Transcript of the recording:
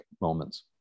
moments